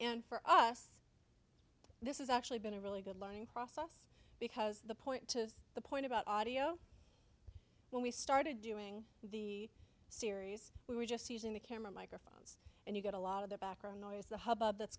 and for us this is actually been a really good learning process because the point to the point about audio when we started doing the series we were just using the camera microphones and you get a lot of the background noise the hubbub that's